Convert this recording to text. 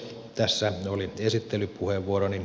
tässä oli esittelypuheenvuoroni